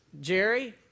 Jerry